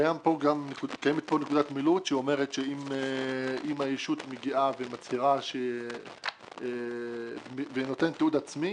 קיימת פה נקודת מילוט שאומרת שאם הישות מגיעה ומצהירה ונותנת תיעוד עצמי